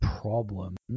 problems